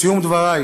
בסיום דברי